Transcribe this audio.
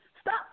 Stop